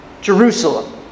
Jerusalem